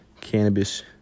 cannabis